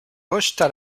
rejeta